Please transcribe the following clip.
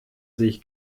sich